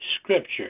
Scripture